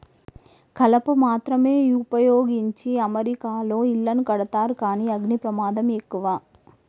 కలప మాత్రమే వుపయోగించి అమెరికాలో ఇళ్లను కడతారు కానీ అగ్ని ప్రమాదం ఎక్కువ